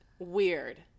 Weird